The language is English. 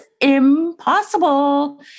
impossible